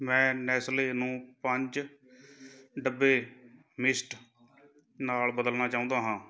ਮੈਂ ਨੈਸਲੇ ਨੂੰ ਪੰਜ ਡੱਬੇ ਮਿਸਟ ਨਾਲ ਬਦਲਣਾ ਚਾਹੁੰਦਾ ਹਾਂ